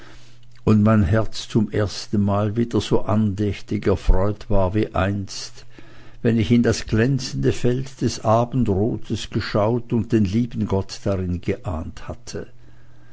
und mein herz zum ersten male wieder so andächtig erfreut war wie einst wenn ich in das glänzende feld des abendrotes geschaut und den lieben gott darin geahnt hatte